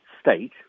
State